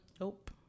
nope